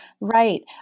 right